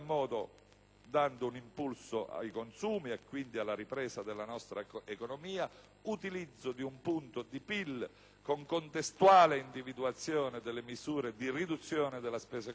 modo un impulso ai consumi, e dunque alla ripresa della nostra economia; utilizzo di un punto di PIL, con contestuale individuazione delle misure di riduzione della spesa corrente,